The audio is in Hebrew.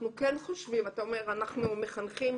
אתה יודע,